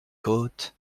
côtes